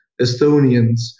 Estonians